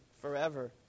forever